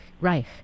Reich